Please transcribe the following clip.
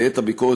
בעת הביקורת,